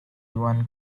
juan